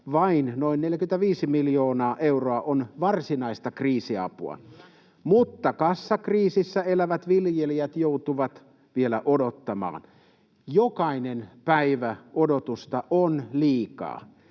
vain noin 45 miljoonaa euroa on varsinaista kriisiapua, mutta kassakriisissä elävät viljelijät joutuvat vielä odottamaan. Jokainen päivä odotusta on liikaa.